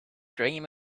dream